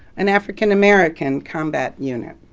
an african american combat unit.